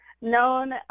known